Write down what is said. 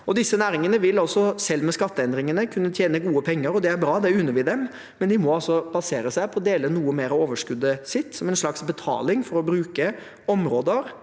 Disse næringene vil selv med skatteendringene kunne tjene gode penger, og det er bra, det unner vi dem, men de må basere seg på å dele noe mer av overskuddet sitt som en slags betaling for å bruke områder